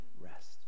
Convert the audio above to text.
rest